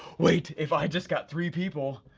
wait, if i just got three people,